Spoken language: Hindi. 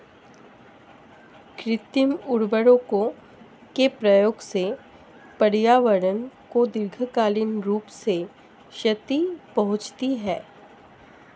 कृत्रिम उर्वरकों के प्रयोग से पर्यावरण को दीर्घकालिक रूप से क्षति पहुंचती है